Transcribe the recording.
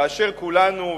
כאשר כולנו,